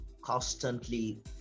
constantly